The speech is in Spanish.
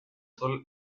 sol